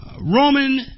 Roman